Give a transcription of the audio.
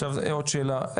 עכשיו עוד שאלה.